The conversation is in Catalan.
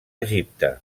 egipte